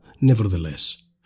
Nevertheless